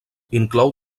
inclou